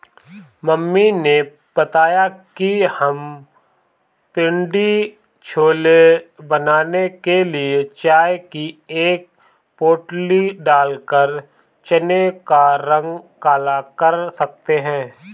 mummy ने बताया कि हम पिण्डी छोले बनाने के लिए चाय की एक पोटली डालकर चने का रंग काला कर सकते हैं